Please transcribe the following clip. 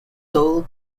sole